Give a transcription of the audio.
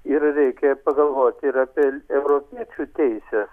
ir reikia pagalvoti ir apiel europiečių teises